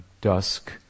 dusk